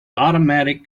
automatic